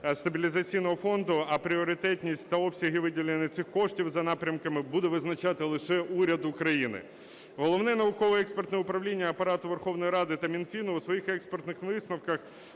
стабілізаційного фонду, а пріоритетність та обсяги виділення цих коштів за напрямками буде визначати лише уряд України. Головне науково-експертне управління Апарату Верховної Ради та Мінфін у своїх експертних висновках